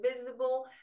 visible